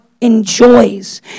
enjoys